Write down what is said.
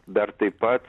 dar taip pat